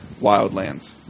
Wildlands